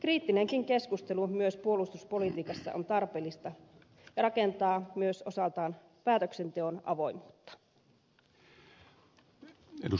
kriittinenkin keskustelu myös puolustuspolitiikassa on tarpeellista ja rakentaa myös osaltaan päätöksenteon avoimuutta